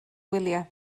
gwyliau